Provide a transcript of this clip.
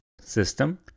system